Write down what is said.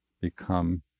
become